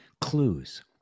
clues